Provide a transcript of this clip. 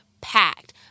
packed